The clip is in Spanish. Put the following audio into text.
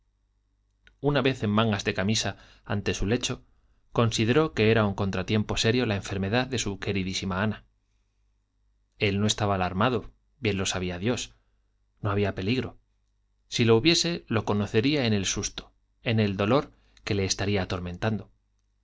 una vez en mangas de camisa ante su lecho consideró que era un contratiempo serio la enfermedad de su queridísima ana él no estaba alarmado bien lo sabía dios no había peligro si lo hubiese lo conocería en el susto en el dolor que le estaría atormentando